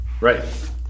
Right